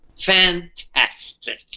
Fantastic